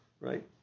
right